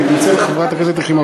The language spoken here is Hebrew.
אני מתנצל, חברת הכנסת יחימוביץ.